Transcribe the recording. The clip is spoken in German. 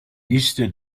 liste